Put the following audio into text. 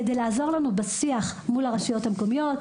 כדי לעזור לנו בשיח מול הרשויות המקומיות,